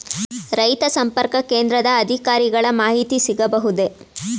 ರೈತ ಸಂಪರ್ಕ ಕೇಂದ್ರದ ಅಧಿಕಾರಿಗಳ ಮಾಹಿತಿ ಸಿಗಬಹುದೇ?